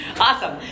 Awesome